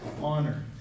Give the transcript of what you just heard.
honor